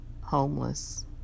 homeless